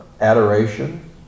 adoration